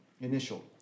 Initial